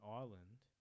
ireland